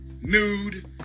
nude